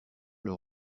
leur